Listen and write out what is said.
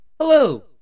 Hello